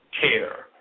care